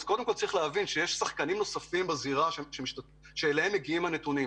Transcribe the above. צריך להבין שיש שחקנים נוספים בזירה שאליהם מגיעים הנתונים.